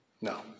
no